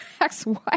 ex-wife